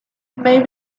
may